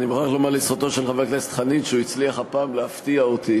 אני מוכרח לומר לזכותו של חבר הכנסת חנין שהוא הצליח הפעם להפתיע אותי,